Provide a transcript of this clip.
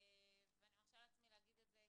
ואני מרשה לעצמי להגיד את זה,